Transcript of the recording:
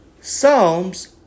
Psalms